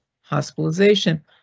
hospitalization